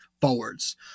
forwards